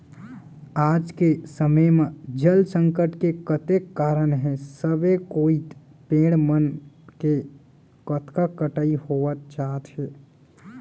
आज के समे म जल संकट के कतेक कारन हे सबे कोइत पेड़ मन के कतका कटई होवत जात हे